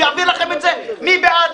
שיפעיל לכם את זה: מי בעד?